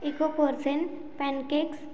Eggo frozen pancakes